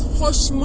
hush